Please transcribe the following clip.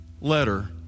letter